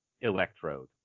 electrode